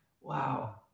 wow